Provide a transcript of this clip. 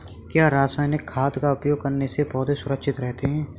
क्या रसायनिक खाद का उपयोग करने से पौधे सुरक्षित रहते हैं?